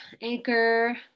Anchor